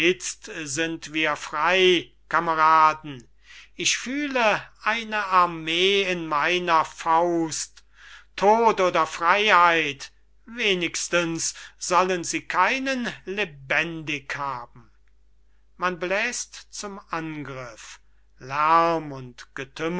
sind wir frey kameraden ich fühle eine armee in meiner faust tod oder freyheit wenigstens sollen sie keinen lebendig haben